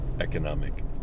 Economic